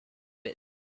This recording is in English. pit